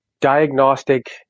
diagnostic